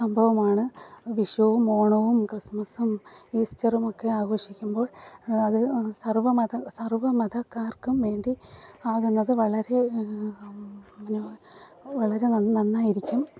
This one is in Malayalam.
സംഭവമാണ് വിഷുവും ഓണവും ക്രിസ്മസും ഈസ്റ്ററുമൊക്കെ ആഘോഷിക്കുമ്പോൾ അതിൽ സർവ്വമത സർവ്വമതക്കാർക്കും വേണ്ടി ആകുന്നത് വളരെ വളരെ നന്നായിരിക്കും